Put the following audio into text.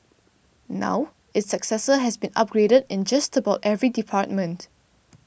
now its successor has been upgraded in just about every department